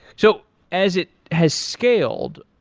so as it has scaled,